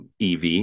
EV